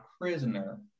prisoner